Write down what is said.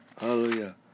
Hallelujah